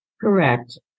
Correct